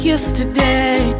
Yesterday